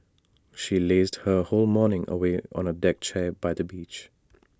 she lazed her whole morning away on A deck chair by the beach